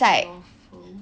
loafers